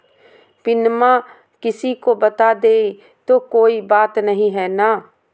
पिनमा किसी को बता देई तो कोइ बात नहि ना?